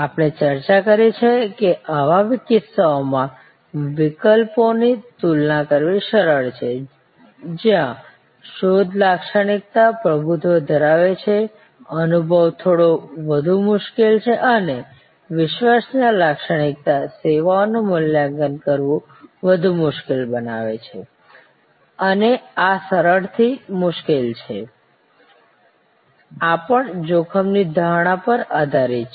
આપણે ચર્ચા કરી છે કે આવા કિસ્સાઓમાં વિકલ્પોની તુલના કરવી સરળ છે જ્યાં શોધ લાક્ષણિક્તા પ્રભુત્વ ધરાવે છે અનુભવ થોડો વધુ મુશ્કેલ છે અને વિશ્વસનીય લાક્ષણિક્તા સેવાઓનું મૂલ્યાંકન કરવું વધુ મુશ્કેલ બનાવે છે અને આ સરળથી મુશ્કેલ છે આ પણ જોખમની ધારણા પર આધારિત છે